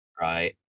Right